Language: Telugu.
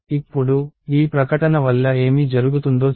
ఇప్పుడు ఈ ప్రకటన వల్ల ఏమి జరుగుతుందో చూద్దాం